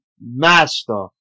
master